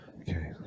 Okay